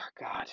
God